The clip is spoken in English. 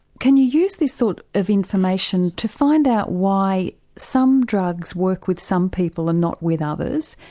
can you use this sort of information to find out why some drugs work with some people and not with others?